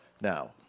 Now